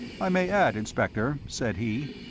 i may add, inspector, said he,